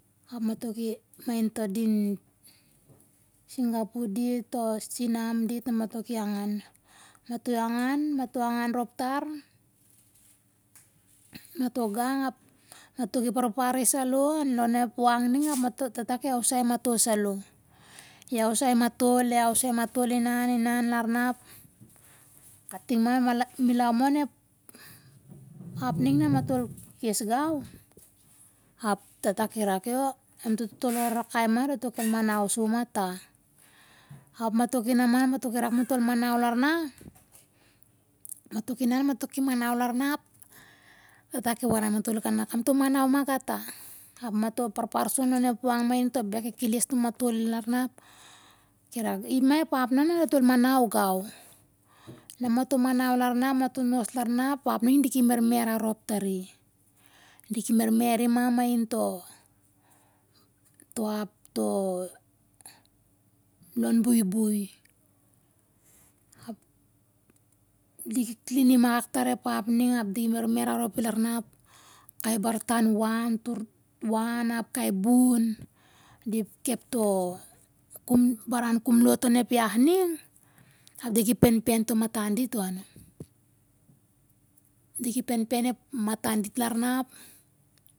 Ap mato ki mainto din singapu dit to sinam dit na mato kin angan, mato angan mato angan rop tar mato gang ap mato ki parpar is salo onep wang ning ap mato tata ki ausai mato salo, i ausai matol i ausai matol inan inan larna ap katim ma milau ma onep ap ning namatol kes gau ap tata kirak yo amtol totol rarakai ma dato kel manau soima ta ap mato ki nama mato kirak matol manau larna mato kinan mato ki manau larna ap tata ki warai matol kanak amtol manau ma gata, ap mato parpar sou onep wang mainto beg kekeles numatoli larna ap, kirak ima ep ap na amtol manau gau na mato manau larna ap mato noslarna ap ning diki mermer arop tari diki mermeri ma mainto to ap to lon buibui, ap diki klinim akak tar ep ap ning ap di mermer aropi larna ap kai bar tan wan tor wan ap kai bun di kep to kum baran kumlot onep ia ning ap diki penpen to matan dit on diki penpen ep matan dit larna ap